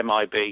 MIB